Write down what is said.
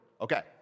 Okay